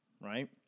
right